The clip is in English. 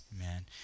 amen